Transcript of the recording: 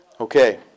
Okay